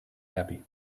happy